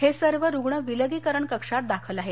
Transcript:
हे सर्व रुग्ण विलगीकरण कक्षात दाखल आहेत